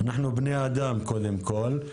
אנחנו בני אדם קודם כל.